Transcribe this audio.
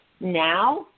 now